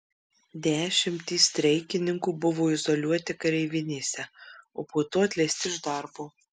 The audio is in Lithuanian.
dešimtys streikininkų buvo izoliuoti kareivinėse o po to atleisti iš darbo